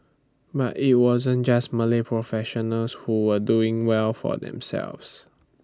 but IT wasn't just Malay professionals who were doing well for themselves